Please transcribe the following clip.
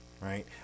right